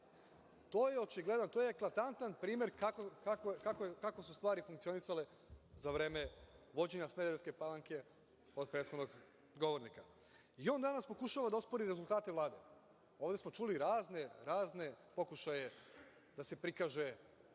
To je očigledan, to je eklatantan primer kako su stvari funkcionisale za vreme vođenja Smederevske Palanke kod prethodnog govornika i on danas pokušava da ospori rezultate Vlade. Ovde smo čuli razne pokušaje da se prikaže